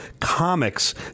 comics